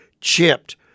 chipped